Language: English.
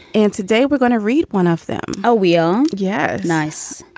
and today we're going to read one of them. oh, we'll. yeah. nice.